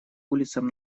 улицам